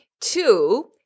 Two